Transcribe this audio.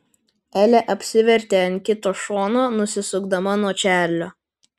elė apsivertė ant kito šono nusisukdama nuo čarlio